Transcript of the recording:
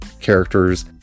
characters